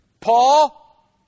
Paul